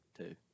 two